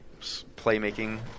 playmaking